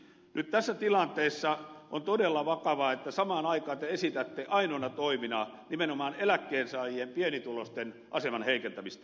nyt tässä tilanteessa on todella vakavaa että samaan aikaan te esitätte ainoina toimina nimenomaan eläkkeensaajien pienituloisten aseman heikentämistä